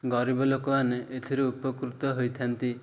ଗରିବ ଲୋକମାନେ ଏଥିରୁ ଉପକୃତ ହୋଇଥାନ୍ତି